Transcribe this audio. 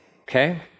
Okay